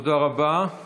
תודה רבה.